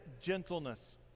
gentleness